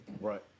Right